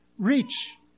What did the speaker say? reach